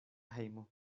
hejmo